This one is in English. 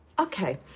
Okay